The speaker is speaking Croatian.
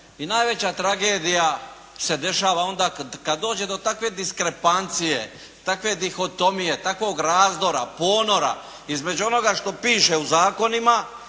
i najveća tragedija se dešava onda kada dođe do takve diskrepancije, takve dihotomije, takvog razdora, ponora između onoga što piše u zakonima